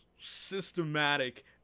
systematic